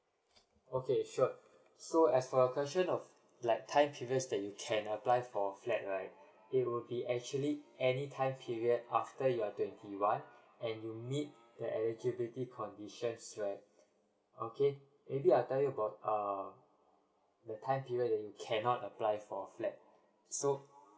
okay sure so as for your question of like time period that you can apply for flat right it will be actually any time period after you're twenty one and you meet the eligibility conditions right okay maybe I tell you about uh the time period you cannot apply for flat so